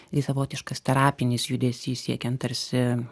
i savotiškas terapinis judesys siekiant tarsi